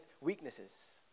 weaknesses